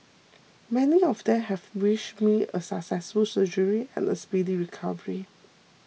many of them have wished me a successful surgery and a speedy recovery